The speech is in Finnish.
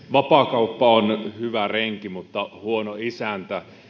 vapaakauppa on hyvä renki mutta huono isäntä